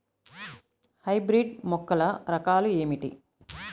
Hybrid మొక్కల రకాలు ఏమిటీ?